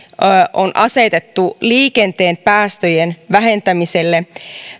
on asetettu liikenteen päästöjen vähentämiselle